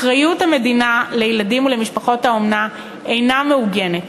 אחריות המדינה לילדים ולמשפחות האומנה אינה מעוגנת,